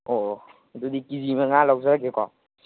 ꯑꯣ ꯑꯣ ꯑꯗꯨꯗꯤ ꯀꯦ ꯖꯤ ꯃꯉꯥ ꯂꯧꯖꯔꯒꯦꯀꯣ